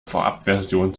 vorabversion